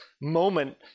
moment